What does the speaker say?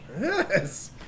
Yes